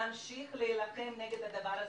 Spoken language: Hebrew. נמשיך להילחם נגד הדבר הזה,